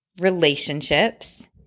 relationships